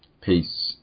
Peace